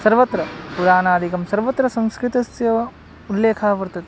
सर्वत्र पुरानादिकं सर्वत्र संस्कृतस्य उल्लेखः वर्तते